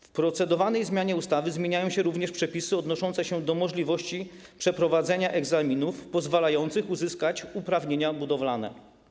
W procedowanej zmianie ustawy zmieniają się również przepisy odnoszące się do możliwości przeprowadzenia egzaminów pozwalających uzyskać uprawnienia budowlane.